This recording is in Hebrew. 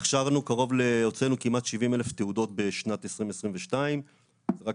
הוצאנו כמעט 70,000 תעודות בשנת 2022. זה רק